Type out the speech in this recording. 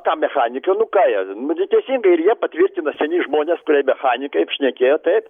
ką mechanikai nu ką jie nu neteisingai ir jie patvirtino seni žmonės kurie mechanikai kaip šnekėjo taip